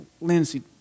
Lindsay